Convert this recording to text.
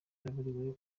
yaburiwe